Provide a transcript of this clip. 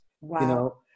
Wow